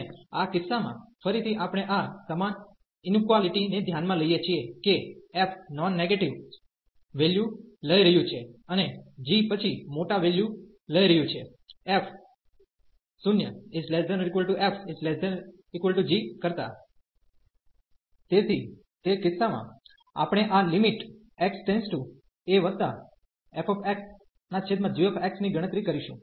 અને આ કિસ્સામાં ફરીથી આપણે આ સમાન ઇનઇક્વાલીટી ને ધ્યાનમાં લઈએ છીએ કે f નોન નેગેટીવ વેલ્યુ લઈ રહ્યું છે અને g પછી મોટા વેલ્યુ લઈ રહ્યું છે f 0≤f≤g કરતા તેથી તે કિસ્સામાં આપણે આ fxgx ની ગણતરી કરીશું